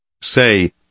Say